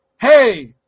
hey